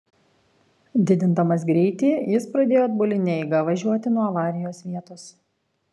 didindamas greitį jis pradėjo atbuline eiga važiuoti nuo avarijos vietos